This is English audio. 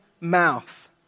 mouth